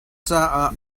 caah